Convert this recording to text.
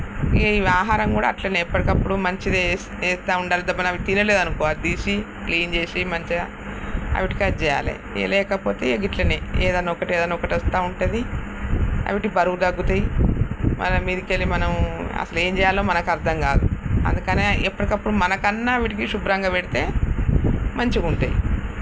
ఇగ ఇవి ఆహారం కూడా అట్లనే ఎప్పటికప్పుడు మంచిది ఏస్ వేస్తూ ఉండాలి దబ్బున అవి తినలేదనుకో అది తీసి క్లీన్ చేసి మంచిగా వాటికి అది చేయాలి ఇగ లేకపోతే గిట్లనే ఏదన్నా ఒకటి ఏదన్నా ఒకటి వస్తూ ఉంటుంది వాటికి బరువు తగ్గుతాయి మన మీదకెళ్ళి మనం అసలు ఏం చెయ్యాలో మనకి అర్థం కాదు అందుకనే ఎప్పటికప్పుడు మనకన్నా వీటిని శుభ్రంగా పెడితే మంచిగా ఉంటాయి